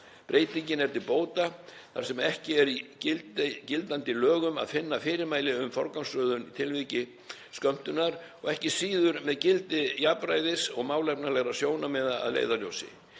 Breytingin er til bóta þar sem ekki er í gildandi lögum að finna fyrirmæli um forgangsröðun í tilviki skömmtunar og ekki síður með gildi jafnræðis og málefnalegra sjónarmiða að leiðarljósi.